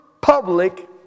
public